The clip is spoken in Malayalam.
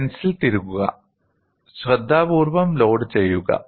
പെൻസിൽ തിരുകുക ശ്രദ്ധാപൂർവ്വം ലോഡുചെയ്യുക